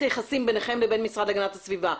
היחסים ביניכם לבין המשרד להגנת הסביבה.